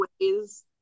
ways